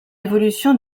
évolution